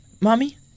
Mommy